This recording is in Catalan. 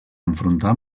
enfrontar